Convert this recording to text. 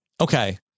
okay